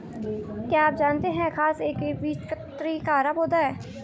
क्या आप जानते है घांस एक एकबीजपत्री हरा पौधा है?